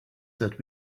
that